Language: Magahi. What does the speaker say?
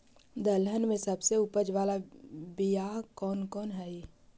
दलहन में सबसे उपज बाला बियाह कौन कौन हइ?